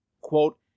Quote